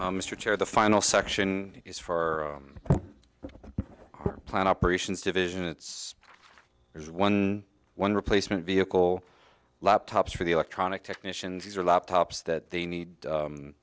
mr chair the final section is for plan operations division it's there's one one replacement vehicle laptops for the electronic technicians or laptops that they need